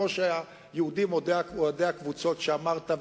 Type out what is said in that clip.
כמו שיהודים אוהדי הקבוצות שאמרת,